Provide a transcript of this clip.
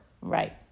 Right